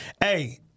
Hey